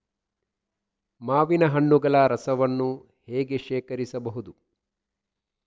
ಮಾವಿನ ಹಣ್ಣುಗಳ ರಸವನ್ನು ಹೇಗೆ ಶೇಖರಿಸಬಹುದು?